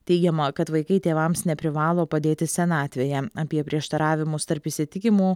teigiama kad vaikai tėvams neprivalo padėti senatvėje apie prieštaravimus tarp įsitikimų